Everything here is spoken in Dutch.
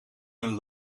een